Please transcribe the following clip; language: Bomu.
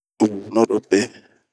Vunurobe.